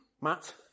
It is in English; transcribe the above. Matt